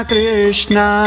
Krishna